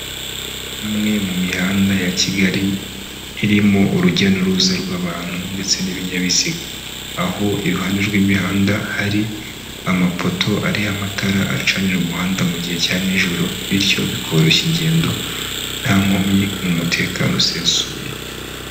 Umwe mu mihanda ya Kigali irimo urujya n'uruza rw'abantu ndetse n'ibinyabiziga, aho iruhande rw'imihanda hari amapoto ariho amatara acanira umuhanda mu gihe cya nijoro bityo bikoroshya ingendo nta nkomyi, ni umutekano usesuye.